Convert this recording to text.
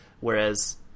whereas